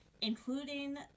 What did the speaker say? including